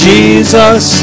Jesus